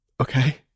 Okay